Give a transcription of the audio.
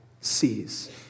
sees